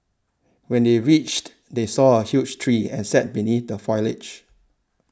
when they reached they saw a huge tree and sat beneath the foliage